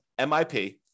MIP